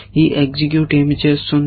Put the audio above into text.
ఈ ఎగ్జిక్యూట ఏమి చేస్తుంది